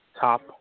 top